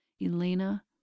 Elena